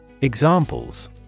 Examples